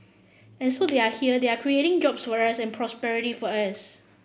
and so they are here and they are creating jobs for us and prosperity for us